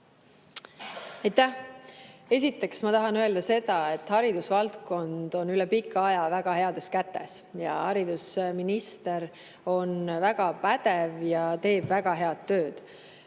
Aitäh! Esiteks ma tahan öelda seda, et haridusvaldkond on üle pika aja väga heades kätes. Haridusminister on väga pädev ja teeb väga head tööd.